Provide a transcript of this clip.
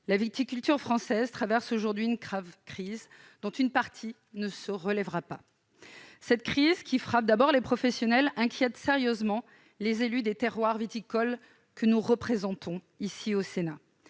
La viticulture française traverse aujourd'hui une grave crise, dont une partie du secteur ne se relèvera pas. Cette crise, qui frappe d'abord les professionnels, inquiète sérieusement les élus des terroirs viticoles que nous représentons. Dans